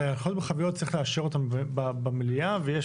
הרי הנחיות מרחביות צריך לאשר אותן במליאה ויש